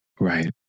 Right